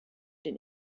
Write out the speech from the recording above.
den